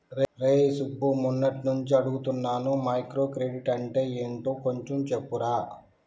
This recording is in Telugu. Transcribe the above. రేయ్ సుబ్బు, మొన్నట్నుంచి అడుగుతున్నాను మైక్రో క్రెడిట్ అంటే యెంటో కొంచెం చెప్పురా